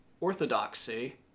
orthodoxy